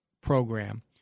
program